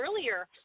earlier